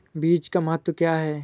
बीज का महत्व क्या है?